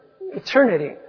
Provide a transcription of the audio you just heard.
eternity